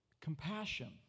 compassion